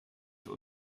für